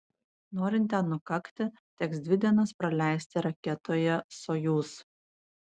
norint ten nukakti teks dvi dienas praleisti raketoje sojuz